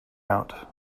out